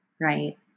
right